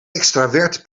extravert